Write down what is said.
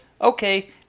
okay